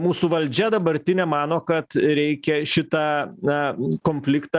mūsų valdžia dabartinė mano kad reikia šitą na konfliktą